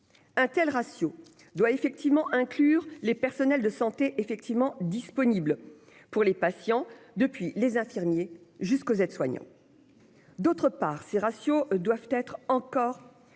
Un tel ratio doit inclure les personnels de santé effectivement disponibles pour les patients, des infirmiers jusqu'aux aides-soignants. D'autre part, ces ratios doivent être encore